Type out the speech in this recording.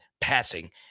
Passing